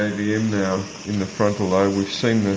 the the avm now in the frontal lobe. we've seen the